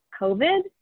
COVID